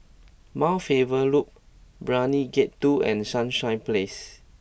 Mount Faber Loop Brani Gate two and Sunshine Place